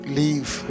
leave